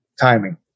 timing